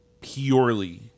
purely